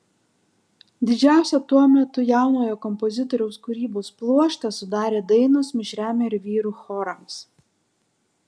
didžiausią tuo metu jaunojo kompozitoriaus kūrybos pluoštą sudarė dainos mišriam ir vyrų chorams